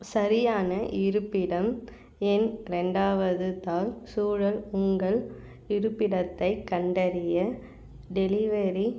சரியான இருப்பிடம் எண் ரெண்டாவது தாள் சூழல் உங்கள் இருப்பிடத்தை கண்டறிய டெலிவரி